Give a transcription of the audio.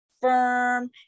firm